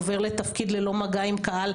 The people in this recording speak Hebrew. עובר לתפקיד ללא מגע עם קהל,